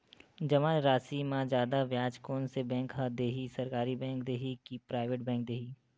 जमा राशि म जादा ब्याज कोन से बैंक ह दे ही, सरकारी बैंक दे हि कि प्राइवेट बैंक देहि?